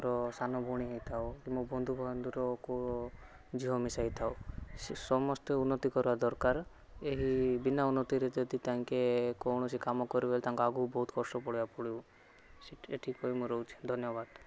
ମୋର ସାନ ଭୋଉଣୀ ହେଇଥାଉ କି ମୋ ବନ୍ଧୁ ବାନ୍ଧୁର କେଉଁ ଝିଅ ମିଶାଇ ହେଇଥାଉ ସେ ସମସ୍ତେ ଉନ୍ନତି କରବା ଦରକାର ଏହି ବିନା ଉନ୍ନତିରେ ଯଦି ତାଙ୍କେ କୌଣସି କାମ କରିବେ ତାଙ୍କୁ ଆଗୁକୁ ବୋହୁତ କଷ୍ଟ ପଡ଼ିବାକେ ପଡ଼ିବ ସେଟ ଏତିକି କହି ମୁଁ ରହୁଛି ଧନ୍ୟବାଦ